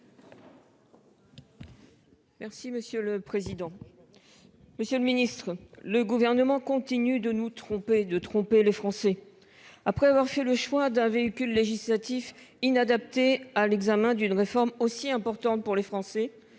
Merci monsieur le président. Monsieur le Ministre, le gouvernement continue de nous tromper de tromper les Français. Après avoir fait le choix d'un véhicule législatif inadapté à l'examen d'une réforme aussi importante pour les Français